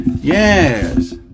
Yes